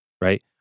Right